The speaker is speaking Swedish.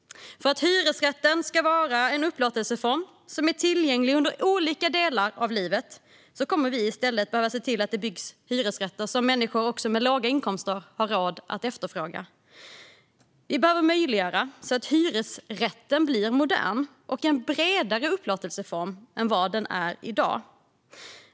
För att hyresrätten ska vara en upplåtelseform som är tillgänglig under olika delar av livet kommer vi i stället att behöva se till att det byggs hyresrätter som även människor med låga inkomster har råd att efterfråga. Vi behöver möjliggöra att hyresrätten blir modern och en bredare upplåtelseform än vad den är i dag.